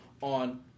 on